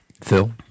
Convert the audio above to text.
Phil